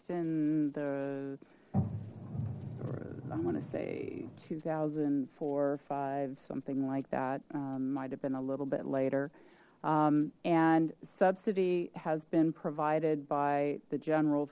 in the i want to say two thousand four or five something like that might have been a little bit later and subsidy has been provided by the general